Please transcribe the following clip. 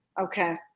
okay